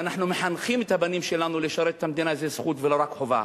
ואנחנו מחנכים את הבנים שלנו שלשרת את המדינה זה זכות ולא רק חובה.